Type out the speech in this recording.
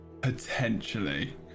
potentially